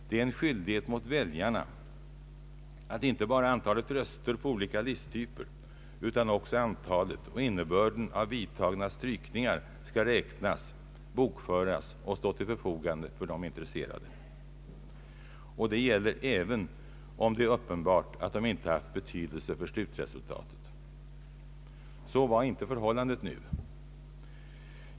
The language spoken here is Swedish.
Det är en skyldighet mot väljarna att inte bara antalet röster på olika listtyper utan också antalet och innebörden av vidtagna strykningar skall räknas, bokföras och stå till förfogande för den intresserade, och detta gäller även om det är uppenbart att dessa strykningar inte haft betydelse för slutresultatet. Så var inte förhållandet nu.